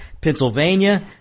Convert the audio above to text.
Pennsylvania